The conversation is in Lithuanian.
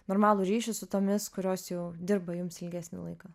normalų ryšį su tomis kurios jau dirba jums ilgesnį laiką